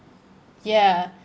ya